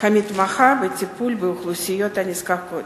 המתמחה בטיפול באוכלוסיות נזקקות.